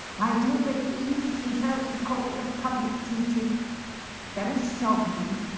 i do believe he felt the call of public duty very strongly.